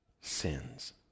sins